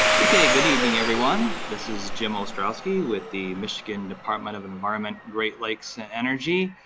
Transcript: okay, good evening everyone. this is jim ostrowski with the michigan department of environment, great lakes, and energy.